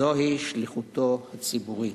זוהי שליחותו הציבורית.